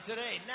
Today